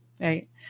right